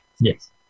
Yes